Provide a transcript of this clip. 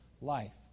life